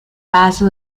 paso